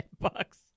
bucks